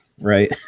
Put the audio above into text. right